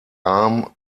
arm